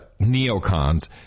neocons